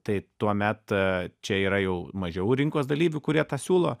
tai tuomet čia yra jau mažiau rinkos dalyvių kurie tą siūlo